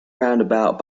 roundabout